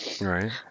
Right